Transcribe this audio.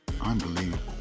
Unbelievable